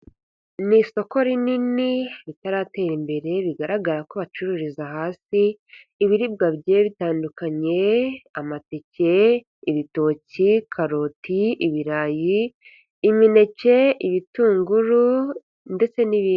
Ni isoko rinini ritaratera imbere bigaragara ko bacururiza hasi, ibiribwa bigiye bitandukanye amateke, ibitoki, karoti, ibirayi, imineke ibitunguru ndetse n'ibindi.